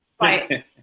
right